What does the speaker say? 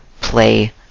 play